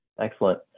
Excellent